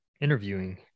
interviewing